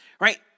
right